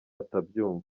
utabyumva